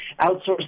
outsource